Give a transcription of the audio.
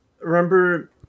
remember